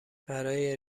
برای